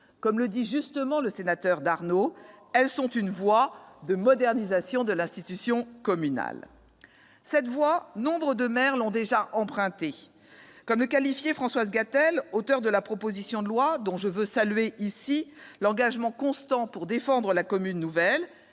Comme le dit justement le sénateur Darnaud, « elles sont une voie de modernisation de l'institution communale ». Cette voie, nombre de maires l'ont déjà empruntée. Comme l'écrivaient Françoise Gatel, auteur de la proposition de loi, dont je veux saluer ici l'engagement constant pour défendre la commune nouvelle,